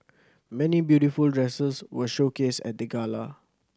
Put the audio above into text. many beautiful dresses were showcased at the gala